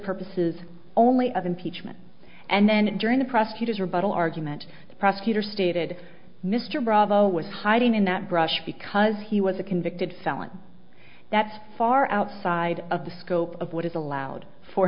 purposes only of impeachment and then during the prosecutor's rebuttal argument the prosecutor stated mr bravo was hiding in that brush because he was a convicted felon that's far outside of the scope of what is allowed for